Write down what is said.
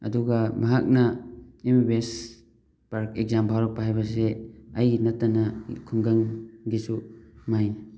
ꯑꯗꯨꯒ ꯃꯍꯥꯛꯅ M B B S exam ꯐꯥꯎꯔꯛꯄ ꯍꯥꯏꯕꯁꯤ ꯑꯩꯒꯤ ꯅꯠꯇꯅ ꯈꯨꯡꯒꯪꯒꯤꯁꯨ ꯃꯍꯩꯅꯤ